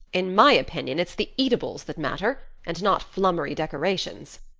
in my opinion it's the eatables that matter and not flummery decorations.